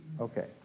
Okay